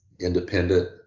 independent